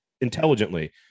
intelligently